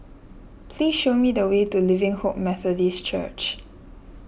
please show me the way to Living Hope Methodist Church